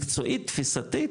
מקצועית-תפיסתית,